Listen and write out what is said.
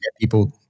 people